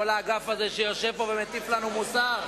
כל האגף הזה שיושב פה ומטיף לנו מוסר.